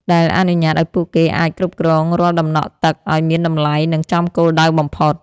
ដែលអនុញ្ញាតឱ្យពួកគេអាចគ្រប់គ្រងរាល់ដំណក់ទឹកឱ្យមានតម្លៃ និងចំគោលដៅបំផុត។